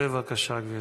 בבקשה, גברתי.